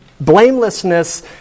blamelessness